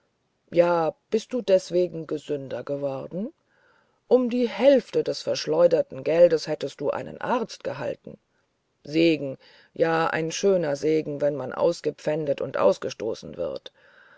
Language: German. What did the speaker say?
ja bist du deswegen gesünder geworden um die hälfte des verschleuderten geldes hättest du einen arzt gehalten segen ja ein schöner segen wenn man ausgepfändet und ausgestoßen wird